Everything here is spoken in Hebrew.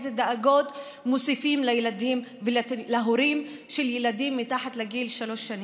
איזה דאגות מוסיפים להורים של ילדים מתחת לגיל שלוש שנים.